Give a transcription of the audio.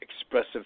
Expressive